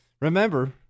remember